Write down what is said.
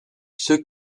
ceux